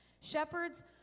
Shepherds